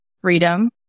freedom